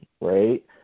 right